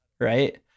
right